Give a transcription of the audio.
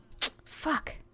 Fuck